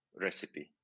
recipe